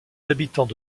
habitants